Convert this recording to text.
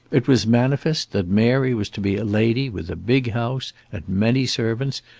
it was manifest that mary was to be a lady with a big house, and many servants,